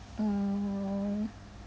err